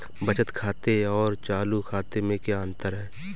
बचत खाते और चालू खाते में क्या अंतर है?